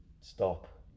stop